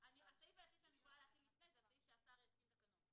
הסעיף היחיד שאני יכולה להחיל לפני זה הסעיף שהשר יתקין תקנות.